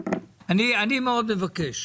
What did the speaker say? אני מאוד מבקש.